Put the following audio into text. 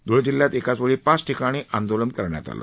ध्ळे जिल्ह्यात एकाच वेळी पाच ठिकाणी धरणं आंदोलन करण्यात आलं